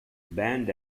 band